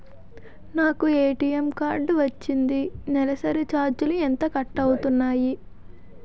నాకు ATM card వచ్చింది నెలసరి ఛార్జీలు ఎంత కట్ అవ్తున్నాయి?